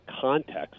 context